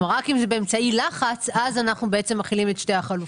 כלומר רק אם זה באמצעי לחץ אז אנחנו מחילים את שתי החלופות.